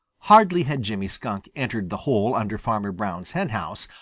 hardly had jimmy skunk entered the hole under farmer brown's henhouse,